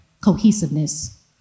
cohesiveness